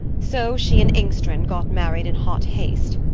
so she and engstrand got married in hot haste.